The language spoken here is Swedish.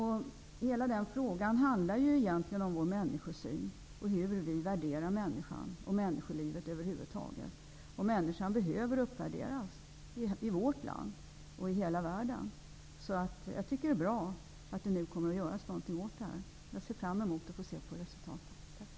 Hela frågan handlar ju egentligen om vår människosyn, hur vi värderar människan och människolivet över huvud taget. Människan behöver uppvärderas, i vårt land och i hela världen. Jag tycker därför att det är bra att det nu kommer att göras någonting åt det här problemet. Jag ser fram emot att få ta del av resultatet.